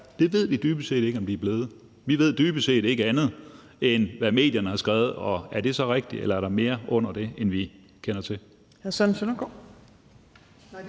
det ved vi dybest set ikke om de er blevet. Vi ved dybest set ikke andet, end hvad medierne har skrevet, og er det så rigtigt, eller ligger der mere under det end det, vi kender til?